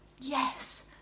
yes